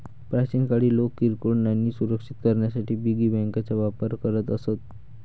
प्राचीन काळी लोक किरकोळ नाणी सुरक्षित करण्यासाठी पिगी बँकांचा वापर करत असत